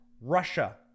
Russia